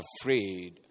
afraid